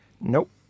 Nope